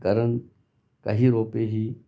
कारण काही रोपे ह